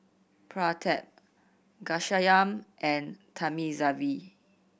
Pratap Ghanshyam and Thamizhavel